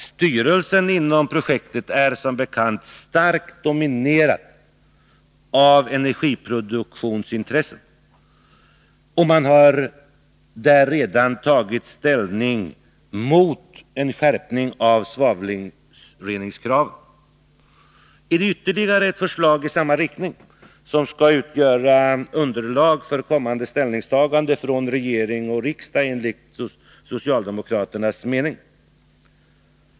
Styrelsen för projektet är som bekant starkt dominerad av energiproduktionsintressen, och man har redan tagit ställning mot en skärpning av svavelreningskravet. Det är ytterligare ett förslag med samma inriktning, vilket enligt socialdemokraternas mening skall utgöra underlag för kommande ställningstaganden av regering och riksdag.